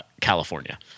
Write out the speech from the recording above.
California